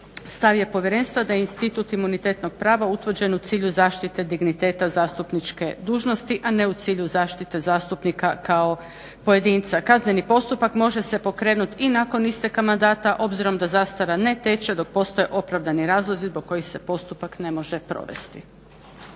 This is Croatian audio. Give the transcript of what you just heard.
Stav je povjerenstva da institut imunitetnog prava utvrđen u cilju zaštite digniteta zastupničke dužnosti a ne u cilju zaštite zastupnika kao pojedinca. Kazneni postupak može se pokrenuti i nakon isteka mandata obzirom da zastara ne teče dok postoje opravdani razlozi zbog kojih se postupak ne može provesti.